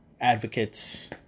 advocates